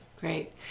Great